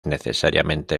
necesariamente